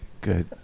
Good